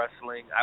wrestling